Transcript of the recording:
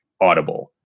Audible